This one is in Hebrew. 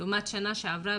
בשנה שעברה,